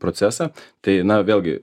procesą tai na vėlgi